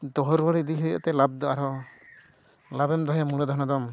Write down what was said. ᱫᱚᱦᱚ ᱨᱩᱣᱟᱹᱲ ᱤᱫᱤ ᱦᱩᱭᱩᱛᱮ ᱞᱟᱵᱷ ᱫᱚ ᱟᱨ ᱦᱚᱸ ᱞᱟᱵᱮᱢ ᱫᱚᱦᱚᱭᱟ ᱢᱩᱲ ᱫᱷᱚᱱ ᱟᱫᱚᱢ